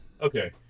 Okay